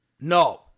No